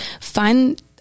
Find